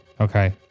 Okay